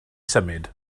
symud